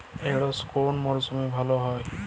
ঢেঁড়শ কোন মরশুমে ভালো হয়?